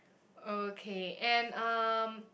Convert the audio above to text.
okay and um